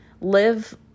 live